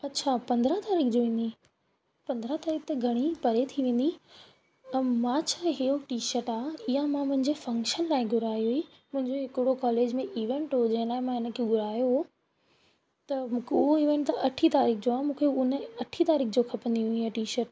अछा पंद्रहं तारीख़ जो ईंदी पंद्रहं तारीख़ त घणेई परे थी वेंदी ऐं मां छा इहो टी शर्ट आ इआ मां मुंहिंजे फंक्शन लाइ घुराई हुई मुंहिंजो हिकिड़ो कॉलेज में इवेंट जो जंहिं लाइ मां इन खे घुरायो हुओ त मुखे उओ इवेंट त अठी तारीख़ जो आहे मूंखे उन अठी तारीख़ जो खपंदी हुई इहा टी शर्ट